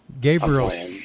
Gabriel